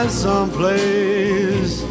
someplace